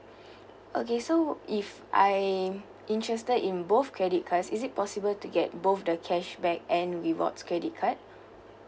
okay so if I interested in both credit cards is it possible to get both the cashback and rewards credit card